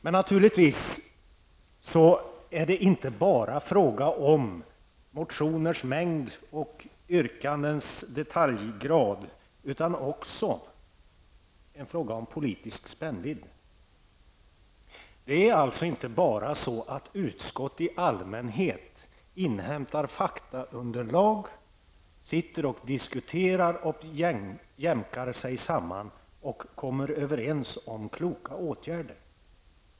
Men naturligtvis är det inte bara fråga om motioners mängd och yrkandens detaljgrad, utan också en fråga om politisk spännvidd. Det är inte bara så att utskott i allmänhet inhämtar faktaunderlag, sitter och diskuterar och jämkar sig samman och kommer överens om kloka åtgärder.